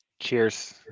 Cheers